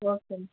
okay ma'am